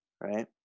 right